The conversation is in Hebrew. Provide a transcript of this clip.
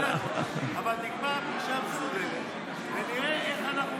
אבל נקבע פגישה מסודרת ונראה איך אנחנו,